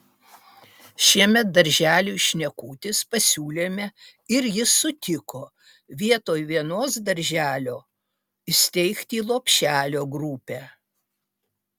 šiemet darželiui šnekutis pasiūlėme ir jis sutiko vietoj vienos darželio įsteigti lopšelio grupę